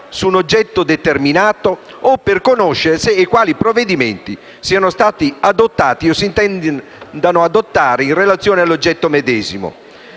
su un oggetto determinato o per conoscere se e quali provvedimenti siano stati adottati o si intendano adottare in relazione all'oggetto medesimo;